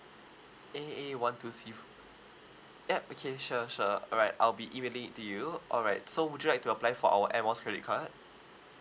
A A one two three f~ yup okay sure sure alright I'll be emailing it to you alright so would you like to apply for our air miles credit card